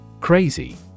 Crazy